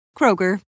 Kroger